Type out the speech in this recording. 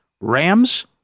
Rams